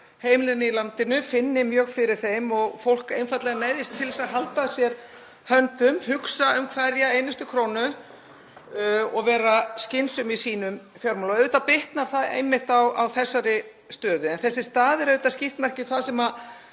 heimilin í landinu finni mjög fyrir þeim og fólk einfaldlega neyðist til að halda að sér höndum, hugsa um hverja einustu krónu og vera skynsöm í sínum fjármálum. Auðvitað bitnar það einmitt á þessari söfnun. En þessi staða er auðvitað skýrt merki um það sem